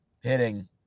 hitting